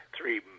three